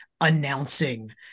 announcing